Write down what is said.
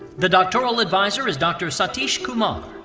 the doctoral advisor is dr. satish kumar.